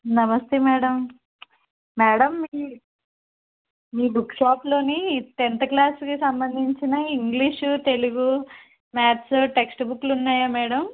నమస్తే madam madam మీ మీ బుక్ షాప్లో టెన్త్ క్లాస్కి సంబంధించిన ఇంగ్లీషు తెలుగు మ్యాథ్స్ టెక్స్ట్ బుక్లు ఉన్నాయా మేడం